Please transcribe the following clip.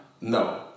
no